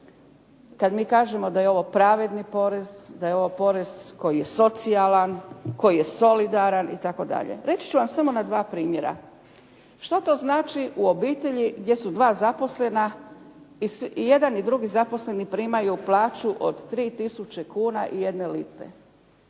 kad mi kažemo da je ovo pravedni porez, da je ovo porez koji je socijalan, koji je solidaran itd. Reći ću vam samo na dva primjera što to znači u obitelji gdje su dva zaposlena i jedan i drugi zaposleni primaju plaću od 3000 kuna i 1 lipe.